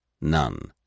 None